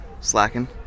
slacking